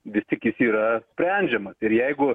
vistik jis yra sprendžiamas ir jeigu